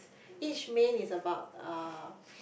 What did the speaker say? each main is about uh